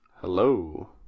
Hello